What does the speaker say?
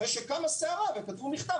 אחרי שקמה סערה וכתבו מכתב,